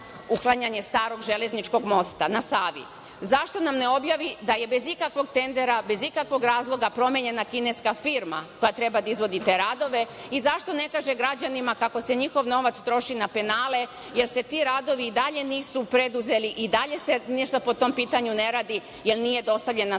uklanjanje Starog železničkog mosta na Savi? Zašto nam ne objavi da je bez ikakvog tendera, bez ikakvog razloga promenjena kineska firma koja treba da izvodi te radove i zašto ne kaže građanima kako se njihov novac troši na penale, jer se ti radovi i dalje nisu preduzeli i dalje se ništa po tom pitanju ne radi, jer nije dostavljena